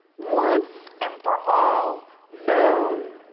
once and for all, no?